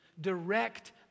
direct